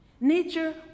Nature